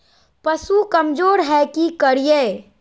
पशु कमज़ोर है कि करिये?